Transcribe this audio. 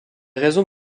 raisons